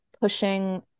pushing